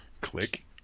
click